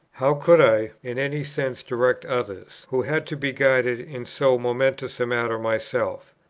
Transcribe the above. how could i in any sense direct others, who had to be guided in so momentous a matter myself?